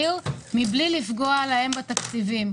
מבלי לפגוע בתקציבי העיר.